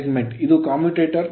ಇದು commutator commutator